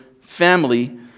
family